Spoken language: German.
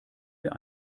wir